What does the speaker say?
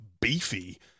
beefy